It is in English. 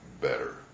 better